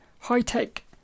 high-tech